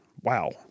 Wow